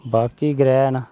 बाकी ग्रैह् न